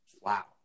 wow